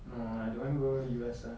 no I don't want go U_S ah